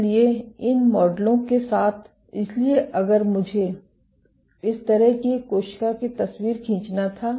इसलिए इन मॉडलों के साथ इसलिए अगर मुझे इस तरह की एक कोशिका की तस्वीर खींचना था